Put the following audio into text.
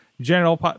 General